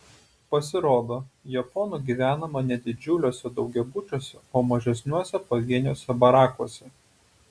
pasirodo japonų gyvenama ne didžiuliuose daugiabučiuose o mažesniuose pavieniuose barakuose